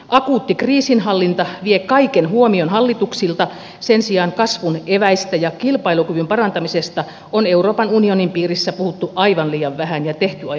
akuutti kriisinhallinta vie kaiken huomion hallituksilta sen sijaan kasvun eväistä ja kilpailukyvyn parantamisesta on euroopan unionin piirissä puhuttu aivan liian vähän ehkä vain